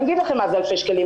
אני אגיד לכם מה זה אלפי שקלים.